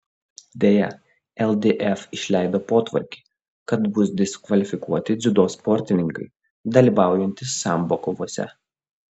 deja ldf išleido potvarkį kad bus diskvalifikuoti dziudo sportininkai dalyvaujantys sambo kovose